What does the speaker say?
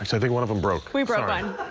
so think one of them broke. we broke one.